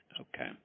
Okay